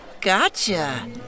Gotcha